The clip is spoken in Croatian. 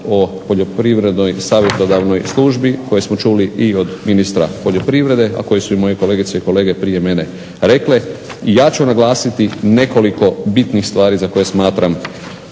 o poljoprivrednoj savjetodavnoj službi koji smo čuli i od ministra poljoprivrede, a koji su i moje kolegice i kolege prije mene rekle. Ja ću naglasiti nekoliko bitnih stvari za koje smatram